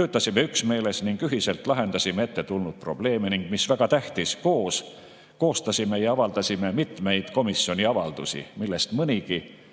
Töötasime üksmeeles ning ühiselt lahendasime ette tulnud probleeme, ning mis väga tähtis, koos koostasime ja avaldasime mitmeid komisjoni avaldusi, millest mõnigi